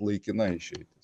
laikina išeitis